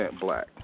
black